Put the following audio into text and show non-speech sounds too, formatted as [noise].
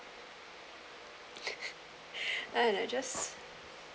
[laughs] [breath] uh and I just